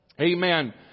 Amen